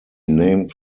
named